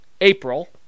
April